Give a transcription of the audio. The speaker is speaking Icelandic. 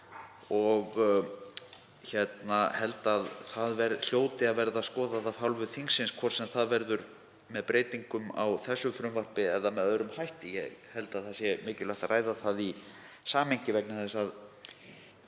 og held að það hljóti að verða skoðað af hálfu þingsins, hvort sem það verður með breytingum á þessu frumvarpi eða með öðrum hætti. Ég held að það sé mikilvægt að ræða það í samhengi vegna þess að